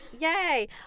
Yay